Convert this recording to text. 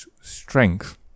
strength